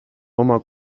oma